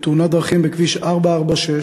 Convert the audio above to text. בתאונת דרכים בכביש 446,